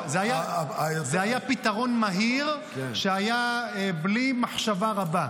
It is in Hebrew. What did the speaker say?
זה היה פתרון מהיר שהיה בלי מחשבה רבה.